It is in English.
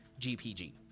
GPG